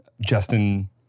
Justin